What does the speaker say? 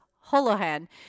Holohan